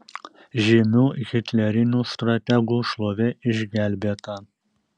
žymių hitlerinių strategų šlovė išgelbėta